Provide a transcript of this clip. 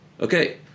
Okay